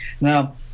Now